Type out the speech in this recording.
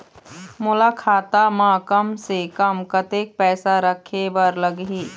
मोला खाता म कम से कम कतेक पैसा रखे बर लगही?